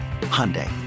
Hyundai